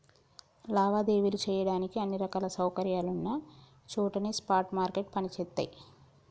లావాదేవీలు చెయ్యడానికి అన్ని రకాల సౌకర్యాలున్న చోటనే స్పాట్ మార్కెట్లు పనిచేత్తయ్యి